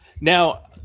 Now